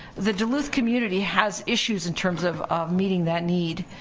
the duluth community has issues, in terms of meeting that need.